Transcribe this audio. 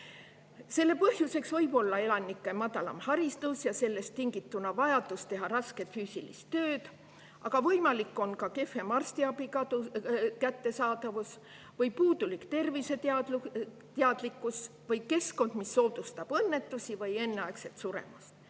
Selle põhjuseks võib olla elanike madalam haridus ja sellest tingituna vajadus teha rasket füüsilist tööd, aga võimalik on ka kehvem arstiabi kättesaadavus või puudulik terviseteadlikkus või keskkond, mis soodustab õnnetusi ja enneaegset suremust.